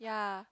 yea